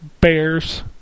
Bears